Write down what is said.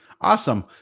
Awesome